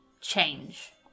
Change